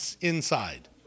inside